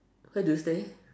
where do you stay